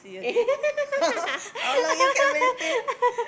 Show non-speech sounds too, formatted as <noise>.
<laughs>